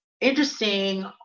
interesting